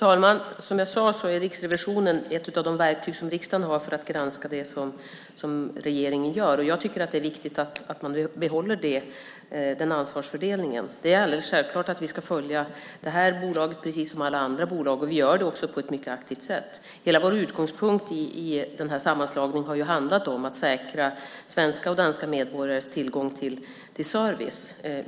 Herr talman! Riksrevisionen är ett av de verktyg som riksdagen har för att granska det som regeringen gör. Jag tycker att det är viktigt att man behåller den ansvarsfördelningen. Det är alldeles självklart att vi ska följa det här bolaget precis som alla andra bolag. Vi gör det också på ett mycket aktivt sätt. Hela vår utgångspunkt i sammanslagningen har handlat om att säkra svenska och danska medborgares tillgång till service.